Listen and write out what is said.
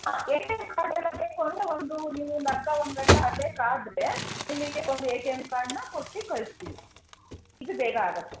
A T M ಕಾರ್ಡೆಲ್ಲ ಬೇಕು ಅಂದರೆ ಒಂದು ನೀವು ಒಂದು ಅರ್ಧ ಒಂದು ಗಂಟೆ ಅಲ್ಲೇ ಕಾದರೆ ನಿಮಗೆ ಒಂದು ಎ ಟಿ ಎಮ್ ಕಾರ್ಡ್ನ ಕೊಟ್ಟು ಕಳಿಸ್ತೀವಿ ಇದು ಬೇಗ ಆಗುತ್ತೆ